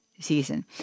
Season